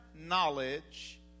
knowledge